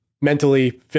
mentally